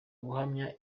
guhamya